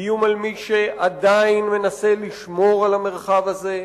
איום על מי שעדיין מנסה לשמור על המרחב הזה,